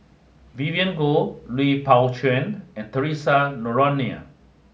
Vivien Goh Lui Pao Chuen and Theresa Noronha